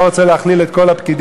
אני לא רוצה להכליל את כל הפקידים,